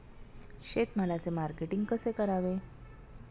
शेतमालाचे मार्केटिंग कसे करावे?